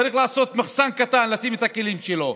צריך לעשות מחסן קטן לשים את הכלים שלו.